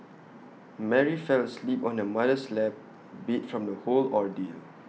Mary fell asleep on her mother's lap beat from the whole ordeal